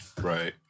Right